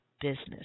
business